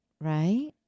right